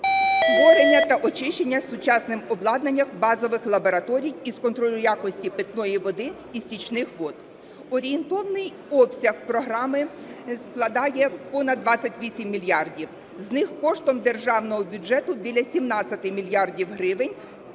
створення та очищення сучасним обладнанням базових лабораторій із контролю і якості питної води і стічних вод. Орієнтовний обсяг програми складає понад 28 мільярдів. З них коштом державного бюджету – біля 17 мільярдів гривень